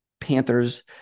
Panthers